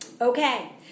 Okay